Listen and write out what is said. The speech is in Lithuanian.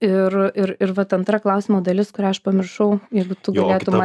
ir ir ir vat antra klausimo dalis kurią aš pamiršau jeigu tu galėtum